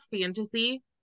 fantasy